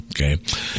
Okay